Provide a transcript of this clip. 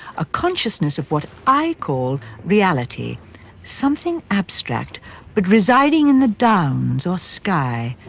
a consciousness of what i call reality something abstract but residing in the downs or sky,